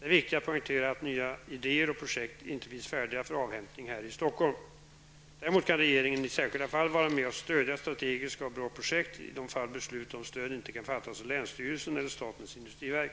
Det är viktigt att poängtera att nya idéer och projekt inte finns färdiga för avhämtning här i Stockholm. Däremot kan regeringen, i särskilda fall, vara med och stödja strategiska och bra projekt i de fall beslut om stöd inte kan fattas av länsstyrelsen eller statens industriverk.